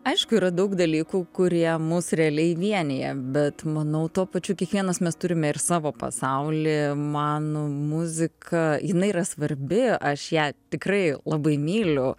aišku yra daug dalykų kurie mus realiai vienija bet manau tuo pačiu kiekvienas mes turime ir savo pasaulį man muzika jinai yra svarbi aš ją tikrai labai myliu